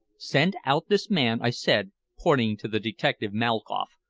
send out this man, i said, pointing to the detective malkoff,